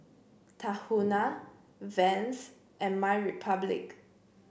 Tahuna Vans and MyRepublic